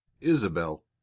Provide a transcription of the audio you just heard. isabel